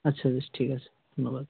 আচ্ছা বেশ ঠিক আছে ধন্যবাদ